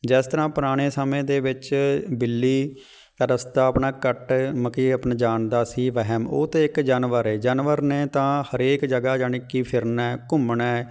ਜਿਸ ਤਰ੍ਹਾਂ ਪੁਰਾਣੇ ਸਮੇਂ ਦੇ ਵਿੱਚ ਬਿੱਲੀ ਰਸਤਾ ਆਪਣਾ ਕੱਟ ਮਕੀ ਆਪਣਾ ਜਾਣਦਾ ਸੀ ਵਹਿਮ ਉਹ ਤਾਂ ਇੱਕ ਜਾਨਵਰ ਹੈ ਜਾਨਵਰ ਨੇ ਤਾਂ ਹਰੇਕ ਜਗ੍ਹਾ ਜਾਨੀ ਕਿ ਫਿਰਨਾ ਘੁੰਮਣਾ